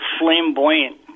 flamboyant